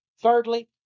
Thirdly